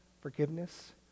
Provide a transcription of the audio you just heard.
forgiveness